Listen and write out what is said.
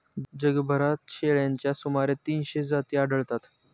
जगभरात शेळ्यांच्या सुमारे तीनशे जाती आढळतात